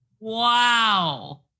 wow